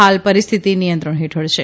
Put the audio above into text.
હાલ પરિસ્થિતિ નિયંત્રણ હેઠળ છે